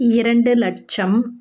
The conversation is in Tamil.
இரண்டு லட்சம்